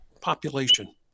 population